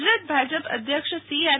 ગુજરાત ભાજપ અધ્યક્ષ સીઆર